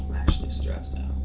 actually stressed